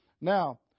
Now